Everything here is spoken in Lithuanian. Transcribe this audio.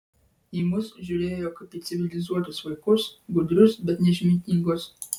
į mus žiūrėjo kaip į civilizuotus vaikus gudrius bet neišmintingus